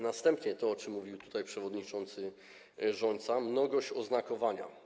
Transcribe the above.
Następnie to, o czym mówił tutaj przewodniczący Rzońca, to mnogość oznakowania.